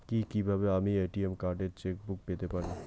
কি কিভাবে আমি এ.টি.এম কার্ড ও চেক বুক পেতে পারি?